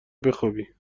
بخوابی